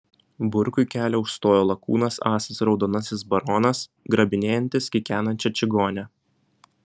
burkui kelią užstojo lakūnas asas raudonasis baronas grabinėjantis kikenančią čigonę